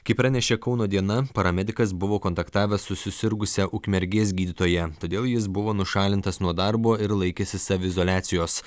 kaip pranešė kauno diena paramedikas buvo kontaktavęs su susirgusia ukmergės gydytoja todėl jis buvo nušalintas nuo darbo ir laikėsi saviizoliacijos